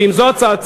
ואם זו הצעתכם,